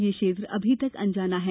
ये क्षेत्र अमी तक अनजाना है